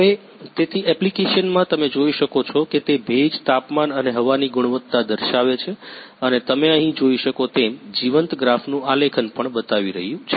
હવે તેથી એપ્લિકેશનમાં તમે જોઈ શકો છો કે તે ભેજ તાપમાન અને હવાની ગુણવત્તા દર્શાવે છે અને તમે અહીં જોઈ શકો તેમ જીવંત ગ્રાફનું આલેખન પણ બતાવી રહ્યું છે